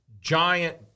giant